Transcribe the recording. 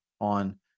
on